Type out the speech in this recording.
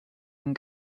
and